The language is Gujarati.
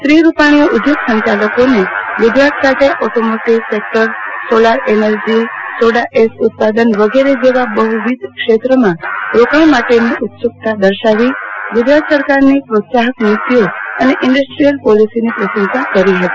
શ્રી રૂપાણી ઉધોય સચાલકોન ગુજરાત સાથે automotive sector solar energy soda ash ઉત્પાદન વિગેરે જેવા બહુવિધ ક્ષેત્રોમાં રોકાણ માટેની ઉત્સુકતા દર્શાવી ગુજરાત સરકારની પ્રોત્સાહક નીતિઓ અને ઇન્ડસ્ટ્રિયલ પોલિસિઝની પણ સરાહના કરી હતી